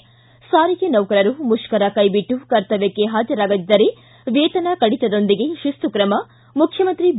ಿ ಸಾರಿಗೆ ನೌಕರರು ಮುಷ್ಕರ ಕೈಬಿಟ್ಟು ಕರ್ತವ್ಯಕ್ಕೆ ಹಾಜರಾಗದಿದ್ದರೆ ವೇತನ ಕಡಿತದೊಂದಿಗೆ ಶಿಸ್ತು ತ್ರಮ ಮುಖ್ಯಮಂತ್ರಿ ಬಿ